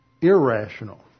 irrational